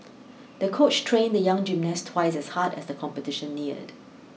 the coach trained the young gymnast twice as hard as the competition neared